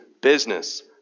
business